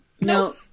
No